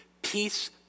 Peace